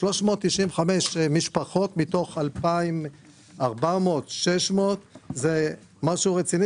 395 משפחות מתוך 2,400 זה משהו רציני.